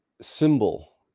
symbol